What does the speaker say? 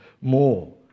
more